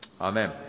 amen